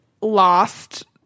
lost